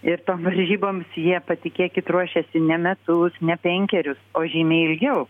ir tom varžyboms jie patikėkit ruošiasi ne metus ne penkerius o žymiai ilgiau